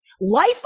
Life